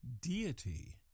deity